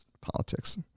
Politics